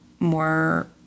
more